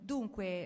Dunque